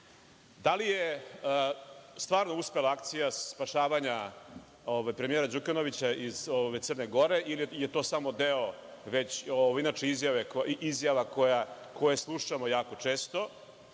Da li je stvarno uspela akcija spašavanja premijera Đukanovića iz Crne Gore ili je to samo deo, inače, izjava koju slušamo jako često